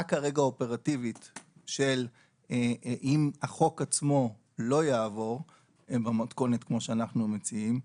כרגע האופרטיבית של אם החוק עצמו לא יעבור במתכונת כמו שאנחנו מציעים,